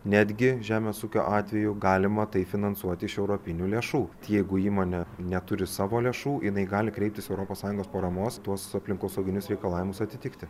netgi žemės ūkio atveju galima tai finansuoti iš europinių lėšų jeigu įmonė neturi savo lėšų jinai gali kreiptis europos sąjungos paramos tuos aplinkosauginius reikalavimus atitikti